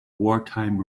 wartime